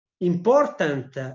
important